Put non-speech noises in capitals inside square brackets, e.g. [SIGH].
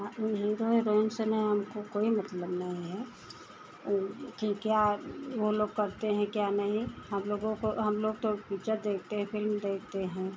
हाँ उन्हें [UNINTELLIGIBLE] हमको कोई मतलब नहीं है कि क्या वो लोग करते हैं क्या नहीं हमलोगों को हमलोग तो पिक्चर देखते हैं फ़िल्म देखते हैं